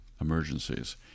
emergencies